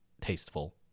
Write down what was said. tasteful